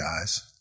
guys